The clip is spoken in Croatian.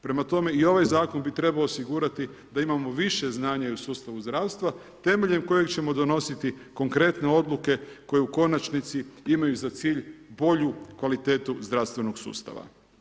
Prema tome i ovaj Zakon bi trebao osigurati da imamo više znanja i u sustavu zdravstva temeljem kojeg ćemo donositi konkretne odluke koji u konačnici imaju za cilj bolju, kvalitetu zdravstvenog sustava.